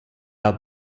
out